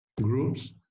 groups